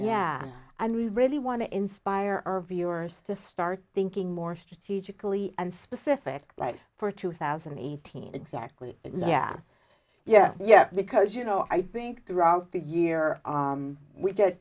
yeah and we really want to inspire our viewers to start thinking more strategically and specific like for two thousand and eighteen exactly yeah yeah yeah because you know i think throughout the year we get